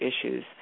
issues